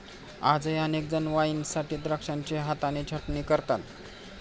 आजही अनेक जण वाईनसाठी द्राक्षांची हाताने छाटणी करतात